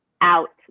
out